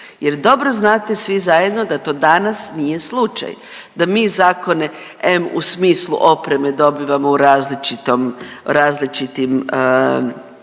jer dobro znate svi zajedno da to danas nije slučaj, da mi zakone em u smislu opreme dobivamo u različitom,